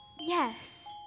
yes